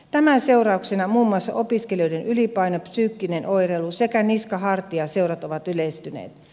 tämän seurauksena muun muassa opiskelijoiden ylipaino psyykkinen oireilu sekä niskahartia sairaudet ovat yleistyneet